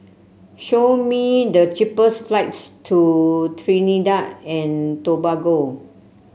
show me the cheapest flights to Trinidad and Tobago